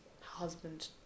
husband